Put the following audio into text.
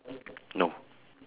no